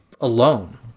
alone